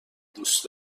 دوست